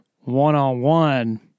one-on-one